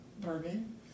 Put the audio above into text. bourbon